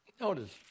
Notice